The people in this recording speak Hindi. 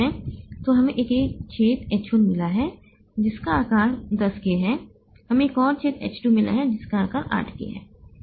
तो हमें एक छेद H 1 मिला है जिसका आकार 10 K है हमें एक और छेद H 2 मिला है जिसका आकार 8 K है